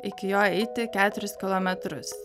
iki jo eiti keturis kilometrus